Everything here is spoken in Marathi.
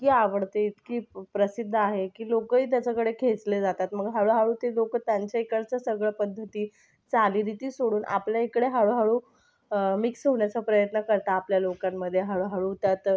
इतकी आवडते इतकी प्रसिद्ध आहे की लोकही त्याच्याकडे खेचले जातात मग हळूहळू ते लोकं त्यांचे इकडचं सगळं पद्धती चालीरीती सोडून आपल्याइकडे हळूहळू मिक्स होण्याचा प्रयत्न करतात आपल्या लोकांमध्ये हळूहळू त्यात